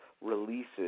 releases